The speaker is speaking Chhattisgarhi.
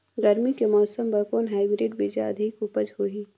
गरमी के मौसम बर कौन हाईब्रिड बीजा अधिक उपज होही?